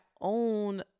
own